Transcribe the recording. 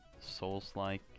souls-like